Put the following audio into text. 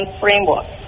framework